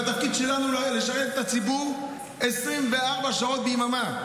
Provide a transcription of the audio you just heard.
והתפקיד שלנו לשרת את הציבור 24 שעות ביממה.